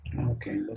Okay